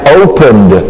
opened